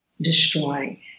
destroying